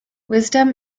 wisdom